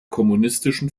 kommunistischen